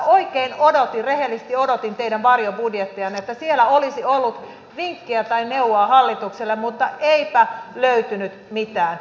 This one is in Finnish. oikein rehellisesti odotin teidän varjobudjettejanne että siellä olisi ollut vinkkiä tai neuvoa hallitukselle mutta eipä löytynyt mitään